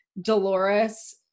Dolores